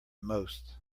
most